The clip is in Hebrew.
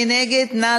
מי